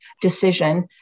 decision